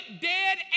dead